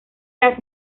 las